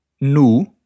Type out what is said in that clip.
nu